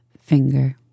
finger